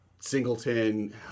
singleton